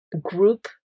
group